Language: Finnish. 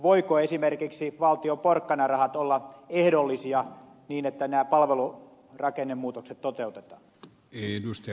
voivatko esimerkiksi valtion porkkanarahat olla ehdollisia niin että nämä palvelurakennemuutokset toteutetaan